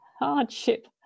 hardship